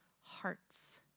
hearts